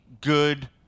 good